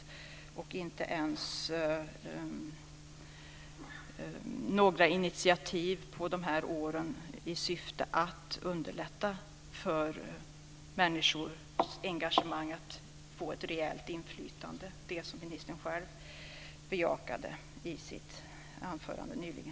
Det har inte ens kommit något initiativ under de här åren i syfte att underlätta för människor att få ett rejält inflytande - det som ministern själv bejakade i sitt anförande nyligen.